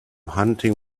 hunting